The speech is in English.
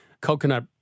coconut